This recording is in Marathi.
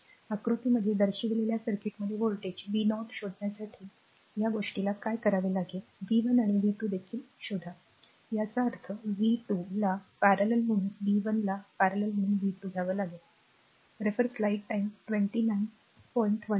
तर आकृतीमध्ये दर्शविलेल्या सर्किटमध्ये व्होल्टेज v0 शोधण्यासाठी या गोष्टीला काय करावे लागेल v 1 आणि v 2 देखील शोधा याचा अर्थ v0 ला ll म्हणून v1 ला ll म्हणून v2